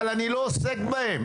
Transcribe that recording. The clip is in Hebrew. אבל אני לא עוסק בהם.